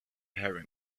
heroin